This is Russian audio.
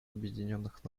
объединенных